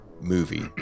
movie